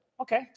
Okay